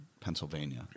Pennsylvania